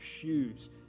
shoes